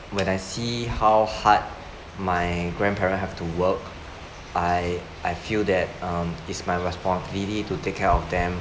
when I see how hard my grandparents have to work I I feel that um it's my responsibility to take care of them